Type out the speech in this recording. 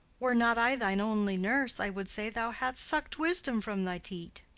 were not i thine only nurse, i would say thou hadst suck'd wisdom from thy teat.